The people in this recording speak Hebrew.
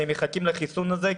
מחכים לחיסון הזה,